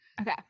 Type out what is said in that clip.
Okay